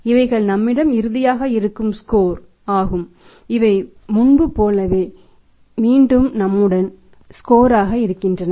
இவை முன்பு போலவே மீண்டும் நம்முடன் ஸ்கோர்ஸ் இருக்கின்றன